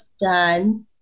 done